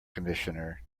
conditioner